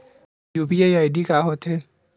UPI ID का होथे?